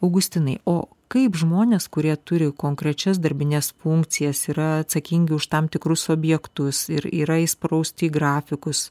augustinai o kaip žmonės kurie turi konkrečias darbines funkcijas yra atsakingi už tam tikrus objektus ir yra įsprausti į grafikus